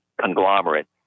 conglomerate